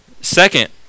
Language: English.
second